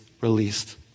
released